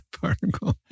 particle